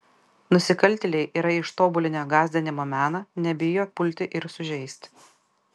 nusikaltėliai yra ištobulinę gąsdinimo meną nebijo pulti ir sužeisti